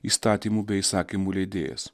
įstatymų bei įsakymų leidėjas